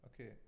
Okay